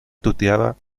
tuteaba